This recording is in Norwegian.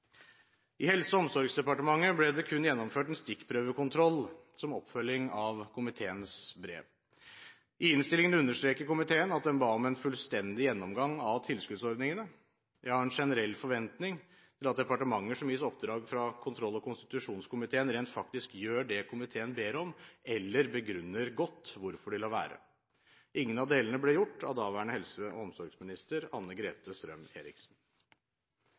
I Helse- og omsorgsdepartementet ble det kun gjennomført en stikkprøvekontroll som oppfølging av komiteens brev. I innstillingen understreker komiteen at den ba om en fullstendig gjennomgang av tilskuddsordningene. Jeg har en generell forventning til at departementer som gis oppdrag fra kontroll- og konstitusjonskomiteen, rent faktisk gjør det komiteen ber om, eller begrunner godt hvorfor de lar være. Ingen av delene ble gjort av daværende helse- og omsorgsminister